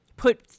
put